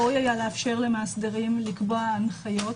לפי דעתנו ראוי היה לאפשר למאסדרים לקבוע הנחיות,